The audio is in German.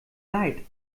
leid